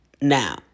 Now